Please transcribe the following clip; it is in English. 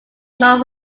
not